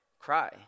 cry